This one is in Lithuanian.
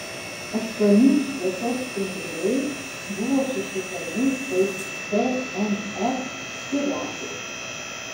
aštuoni šviesos spinduliai buvo susukami kaip dnr spiralės